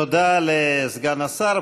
תודה לסגן השר.